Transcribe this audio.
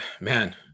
man